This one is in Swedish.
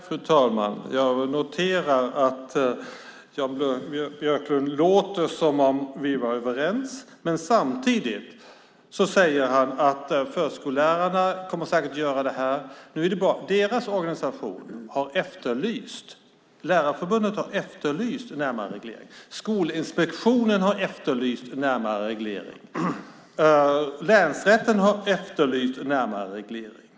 Fru talman! Jag noterar att Jan Björklund låter som om vi var överens. Samtidigt säger han att förskollärarna säkert kommer att göra det här. Nu är det bara det att deras organisation, Lärarförbundet, har efterlyst en närmare reglering, Skolinspektionen har efterlyst en närmare reglering och länsrätten har efterlyst en närmare reglering.